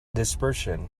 dispersion